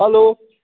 hello